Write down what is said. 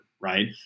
right